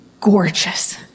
gorgeous